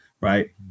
Right